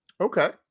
Okay